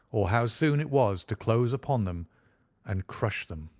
or how soon it was to close upon them and crush them.